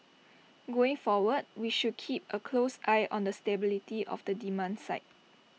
going forward we should keep A close eye on the stability of the demand side